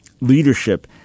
leadership